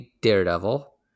Daredevil